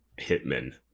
Hitman